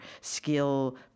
skill